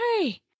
hey